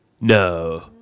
No